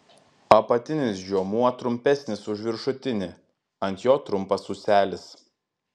apatinis žiomuo trumpesnis už viršutinį ant jo trumpas ūselis